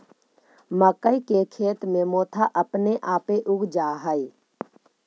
मक्कइ के खेत में मोथा अपने आपे उग जा हई